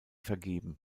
vergeben